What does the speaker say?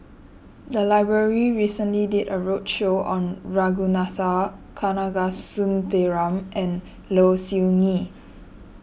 the library recently did a roadshow on Ragunathar Kanagasuntheram and Low Siew Nghee